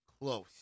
close